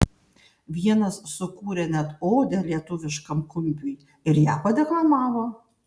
vienas sukūrė net odę lietuviškam kumpiui ir ją padeklamavo